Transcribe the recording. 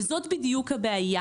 וזאת בדיוק הבעיה.